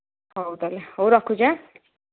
ହଉ ତାହେଲେ ହଉ ରଖୁଛି ଆଁ